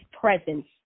presence